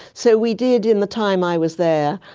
so we did, in the time i was there,